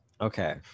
okay